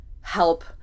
help